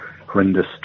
horrendous